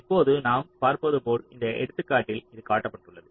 இப்போது நாம் பார்ப்பது போல இந்த எடுத்துக்காட்டில் இது காட்டப்பட்டுள்ளது